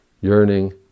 yearning